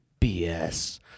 BS